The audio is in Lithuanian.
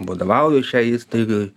vadovauju šiai įstaigai